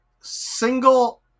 single